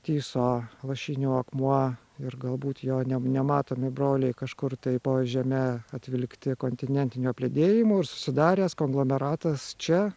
tyso lašinių akmuo ir galbūt jo nematomi broliai kažkur tai po žeme atvilkti kontinentinių apledėjimų ir susidaręs konglomeratas čia